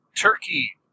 turkey